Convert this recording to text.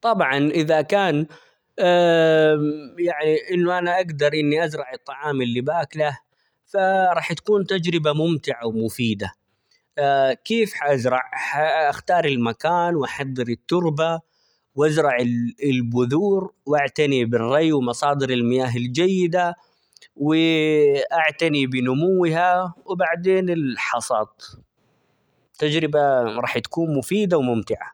طبعًا إذا كان يعني إنه أنا اقدر إني أزرع الطعام اللي باكله ف.. راح تكون تجربة ممتعة ومفيدة كيف هأزرع ؟ه اختار المكان وأحضر التربة وأزرع -الب- البذور وأعتني بالري ومصادر المياه الجيدة ،و أعتني بنموها ،وبعدين الحصاد تجربة رح تكون مفيدة وممتعة.